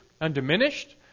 undiminished